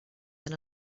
than